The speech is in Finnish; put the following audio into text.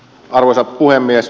arvoisa puhemies